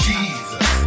Jesus